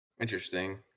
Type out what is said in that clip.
Interesting